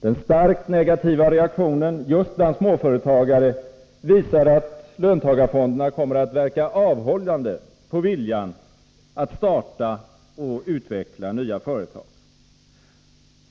Den starkt negativa reaktionen just bland småföretagare visar att löntagarfonderna kommer att verka avhållande på viljan att starta och utveckla nya företag.